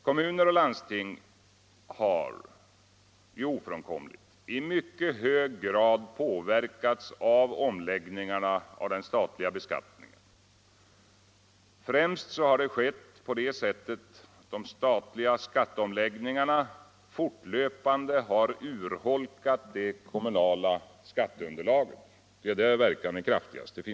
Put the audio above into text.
Kommuner och landsting har, det är ofrånkomligt, i mycket hög grad påverkats av omläggningarna av den statliga beskattningen, främst på så sätt att de statliga skatteomläggningarna fortlöpande har urholkat det kommunala skatteunderlaget.